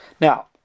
Now